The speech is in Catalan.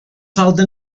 falta